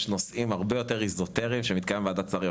יש נושאים הרבה יותר אזוטריים שמתקיימת עבורם וועדת שרים.